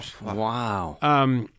Wow